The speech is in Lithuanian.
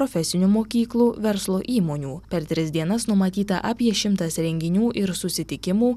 profesinių mokyklų verslo įmonių per tris dienas numatyta apie šimtas renginių ir susitikimų